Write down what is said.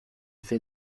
fait